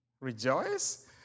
Rejoice